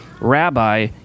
rabbi